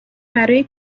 برای